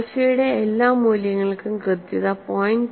ആൽഫയുടെ എല്ലാ മൂല്യങ്ങൾക്കും കൃത്യത 0